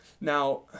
now